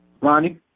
Ronnie